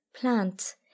plant